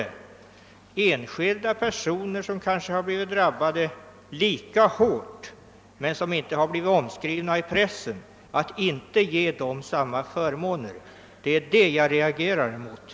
Det kan ju röra sig om personer som drabbats mycket hårt men som inte blivit omskrivna i pressen. Jag reagerar mot att de då inte skulle komma i åtnjutande av ersättning.